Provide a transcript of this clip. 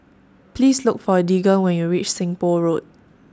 Please Look For Deegan when YOU REACH Seng Poh Road